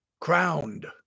crowned